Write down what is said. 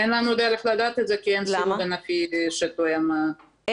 אין לנו דרך לדעת את זה כי אין סיווג ענפי שתואם את